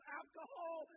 alcohol